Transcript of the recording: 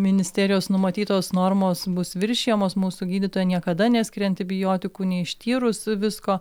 ministerijos numatytos normos bus viršijamos mūsų gydytoja niekada neskiria antibiotikų neištyrus visko